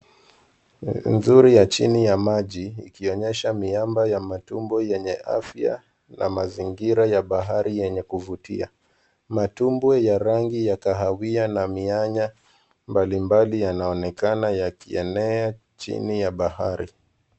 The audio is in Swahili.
Nzuri ya chini ya maji ikionyesha miamba ya matumbo yenye afya na mazingira ya bahari yenye kuvutia. Matumbwi ya rangi ya kahawia na mianya mbalimbali yanayoonekana yakienea chini ya bahari.